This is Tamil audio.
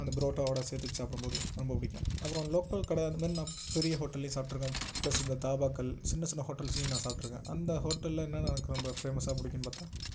அந்த ப்ரோட்டாவோடு சேர்த்து வெச்சு சாப்பிடும் போது ரொம்ப பிடிக்கும் அப்புறம் லோக்கல் கடை அந்த மாதிரி நான் பெரிய ஹோட்டல்லேயும் சாப்பிட்ருக்கேன் ப்ளஸ் இந்த தாபாக்கள் சின்ன சின்ன ஹோட்டல்ஸ்லேயும் நான் சாப்பிட்ருக்கேன் அந்த ஹோட்டலில் என்னென்ன எனக்கு ரொம்ப ஃபேமஸ்ஸாக பிடிக்கும்னு பார்த்தா